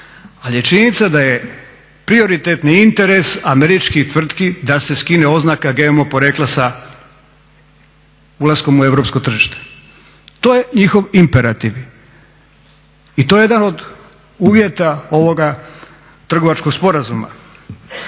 Ali je činjenica da je prioritetni interes američkih tvrtki da se skine oznaka GMO porijekla sa ulaskom u europsko tržište. To je njihov imperativ i to je jedan od uvjeta ovoga trgovačkog sporazuma.